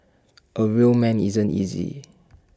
A real man isn't easy